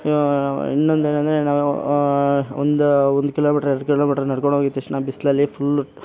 ಇನ್ನೊಂದೇನಂದರೆ ನಾವು ಒಂದು ಒಂದು ಕಿಲೋಮೀಟ್ರ್ ಎರಡು ಕಿಲೋಮೀಟ್ರ್ ನಡ್ಕೊಂಡೋಗಿದ ತಕ್ಷಣ ಬಿಸಿಲಲ್ಲಿ ಫುಲ್ಲು